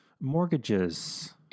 mortgages